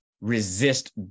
resist